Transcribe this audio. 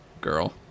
girl